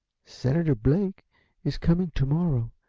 senator blake is coming to-morrow,